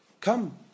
Come